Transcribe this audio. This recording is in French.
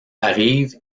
arrive